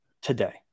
today